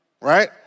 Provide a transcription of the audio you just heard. right